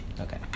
Okay